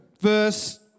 verse